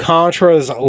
Contra's